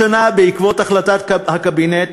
השנה, בעקבות החלטת הקבינט,